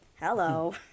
hello